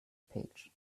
page